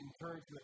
encouragement